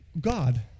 God